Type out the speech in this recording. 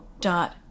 Dot